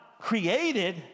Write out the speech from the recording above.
created